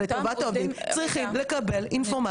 ואם הם עשו את זה בעבר דרך משרד החוץ,